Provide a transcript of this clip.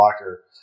locker